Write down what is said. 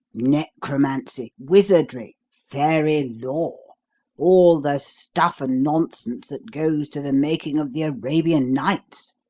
necromancy wizardry fairy-lore all the stuff and nonsense that goes to the making of the arabian nights!